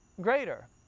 greater